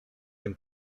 dem